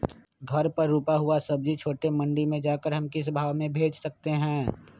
घर पर रूपा हुआ सब्जी छोटे मंडी में जाकर हम किस भाव में भेज सकते हैं?